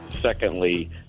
Secondly